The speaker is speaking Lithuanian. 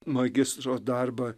magistro darbą